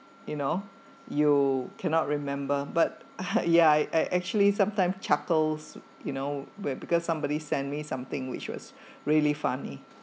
you know you cannot remember but uh yeah I I actually sometime chuckles you know where because somebody sent me something which was really funny